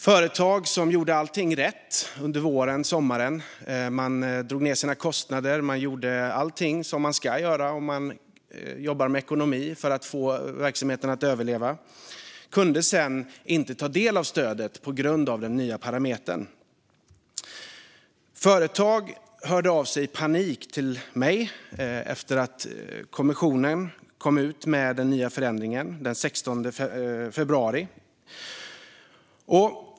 Företag som gjorde allting rätt under våren och sommaren - de drog ned sina kostnader och gjorde allt man ska för att få verksamheten att överleva - kunde sedan inte ta del av stödet på grund av den nya parametern. Företag hörde i panik av sig till mig efter att kommissionen kom med den nya förändringen den 16 februari.